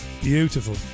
Beautiful